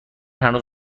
هنوز